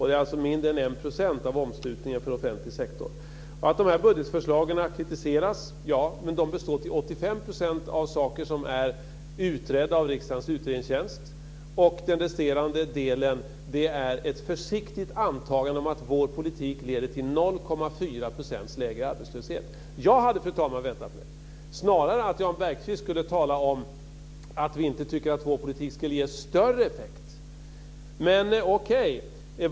Det är alltså mindre än 1 % av omslutningen för offentlig sektor. De här budgetförslagen kritiseras - ja. Men de består till 85 % av sådant som är utrett av riksdagens utredningstjänst. Resterande del är ett försiktigt antagande om att vår politik leder till 0,4 % lägre arbetslöshet. Fru talman! Jag hade snarare väntat mig att Jan Bergqvist skulle tala om att vi inte tycker att vår politik skulle ge större effekt - men okej.